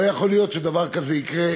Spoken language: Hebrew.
לא יכול להיות שדבר כזה יקרה,